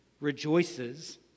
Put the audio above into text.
rejoices